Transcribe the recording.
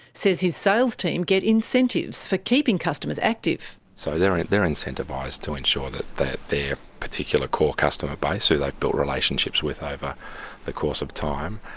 says his sales team get incentives for keeping customers active. so they're incentivised to ensure that that their particular core customer base who they've built relationships with over the course of time,